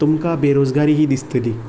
तुमकां बेरोजगारी ही दिसतली